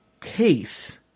case